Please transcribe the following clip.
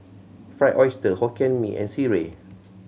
Fried Oyster Hokkien Mee and sireh